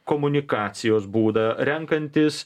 komunikacijos būdą renkantis